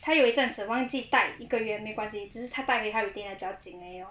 他有一阵子忘记带一个月没关系只是他带回 retainer 比较紧而已 lor